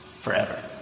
forever